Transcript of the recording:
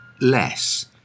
less